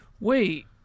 Wait